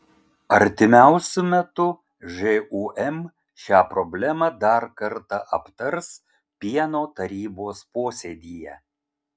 artimiausiu metu žūm šią problemą dar kartą aptars pieno tarybos posėdyje